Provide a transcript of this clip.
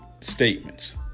statements